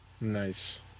Nice